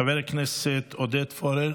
חבר הכנסת עודד פורר,